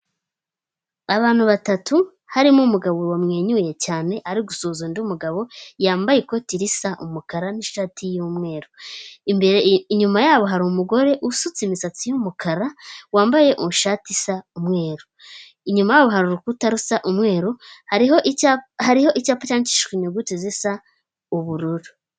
Abantu batatu, harimo umugabo bamwenyuye cyane ari gusuhuza undi mugabo, yambaye ikoti risa umukara, n'ishati y'umweru, inyuma yabo hari umugore usutse imisatsi y'umukara, wambaye ishati isa umweru, inyuma yabo hari urukuta rusa umweru, hariho icyapa cyandikishijwe inyuguti zisa ubururu.